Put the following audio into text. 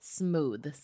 smooth